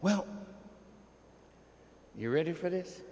well you're ready for this